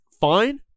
fine